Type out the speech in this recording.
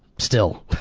still.